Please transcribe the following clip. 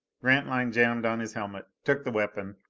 grantline jammed on his helmet, took the weapon.